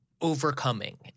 overcoming